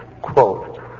Quote